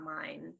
online